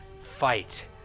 fight